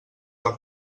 del